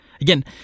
Again